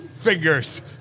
Fingers